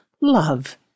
love